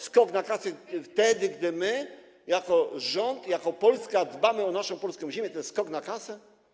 Skok na kasę wtedy, gdy my, jako rząd, jako Polska dbamy o naszą polską ziemię, to jest skok na kasę?